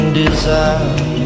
desire